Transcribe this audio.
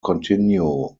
continue